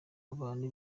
abantu